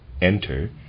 enter